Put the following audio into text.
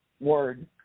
word